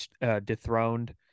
dethroned